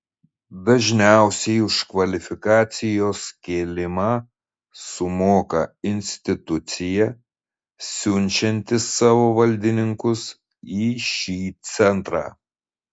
dažniausiai už kvalifikacijos kėlimą sumoka institucija siunčianti savo valdininkus į šį centrą